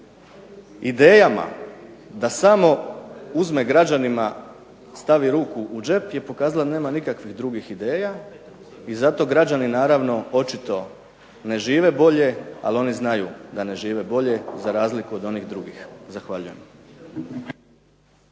idejama da samo uzme građanima, stavi ruku u džep je pokazala da nema nikakvih drugih ideja i zato građani naravno očito ne žive bolje, ali oni znaju a ne žive bolje za razliku od onih drugih. Zahvaljujem.